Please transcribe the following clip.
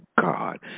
God